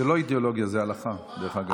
זו לא אידיאולוגיה, זו הלכה, דרך אגב.